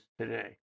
today